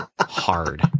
hard